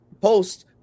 post